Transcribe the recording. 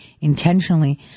intentionally